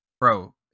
Bro